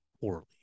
poorly